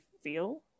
feel